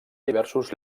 diversos